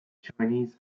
chinese